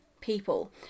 people